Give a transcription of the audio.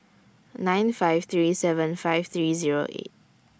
nine five three seven five three Zero eight